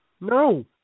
No